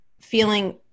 feeling